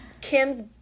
Kim's